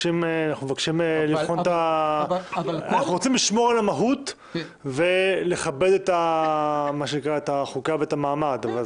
אנחנו רוצים לשמור על המהות ולכבד את החוקה ואת המעמד.